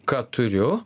ką turiu